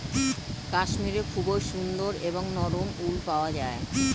কাশ্মীরে খুবই সুন্দর এবং নরম উল পাওয়া যায়